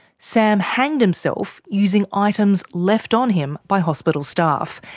sam hanged himself using items left on him by hospital staff,